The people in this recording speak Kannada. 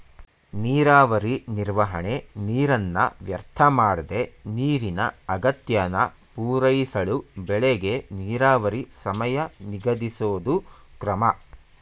ನೀರಾವರಿ ನಿರ್ವಹಣೆ ನೀರನ್ನ ವ್ಯರ್ಥಮಾಡ್ದೆ ನೀರಿನ ಅಗತ್ಯನ ಪೂರೈಸಳು ಬೆಳೆಗೆ ನೀರಾವರಿ ಸಮಯ ನಿಗದಿಸೋದು ಕ್ರಮ